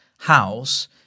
house